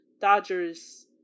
Dodgers